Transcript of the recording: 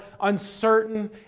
uncertain